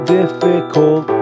difficult